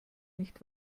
nicht